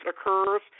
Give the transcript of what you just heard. occurs